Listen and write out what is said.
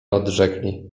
odrzekli